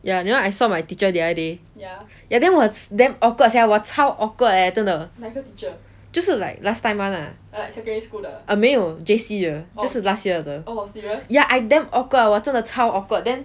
ya you know I saw my teacher the other day then was damn awkward sia 我超 awkward leh 真的就是 like last time [one] lah uh 没有 J_C 的就是 last year 的 ya I damn awkward 我真的超 awkward then